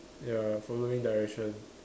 ya following direction